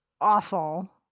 awful